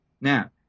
Now